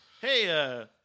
hey